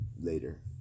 later